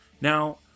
now